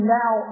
now